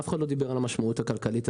אף אחד לא דיבר על המשמעות הכלכלית של זה,